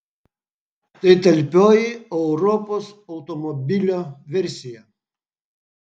tai talpioji europos automobilio versija